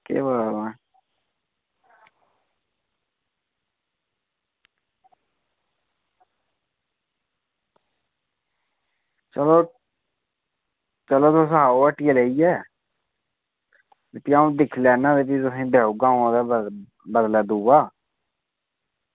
केह् पता तां चलो चलो तुस आओ हट्टिया लेइयै ते फ्ही अ'ऊं दिक्खी लैन्ना ते भी अ'ऊं तुसेंगी देई ओड़गा ओह्दे बदलै दूआ